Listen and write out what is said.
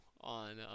on